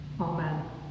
Amen